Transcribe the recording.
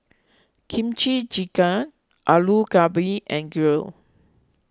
Kimchi Jjigae Alu Gobi and girl